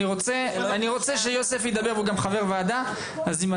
אני רוצה שיוסף ידבר והוא גם חבר וועדה ולהתכנס,